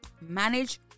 manage